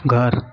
घर